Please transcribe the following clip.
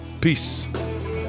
peace